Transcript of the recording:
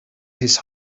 his